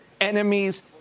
enemies